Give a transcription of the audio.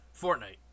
Fortnite